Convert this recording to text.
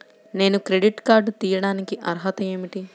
నేను credit card తీయడానికి అర్హత ఏమిటి?